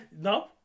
no